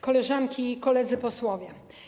Koleżanki i Koledzy Posłowie!